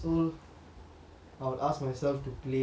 I would ask myself to play more